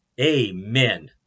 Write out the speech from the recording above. Amen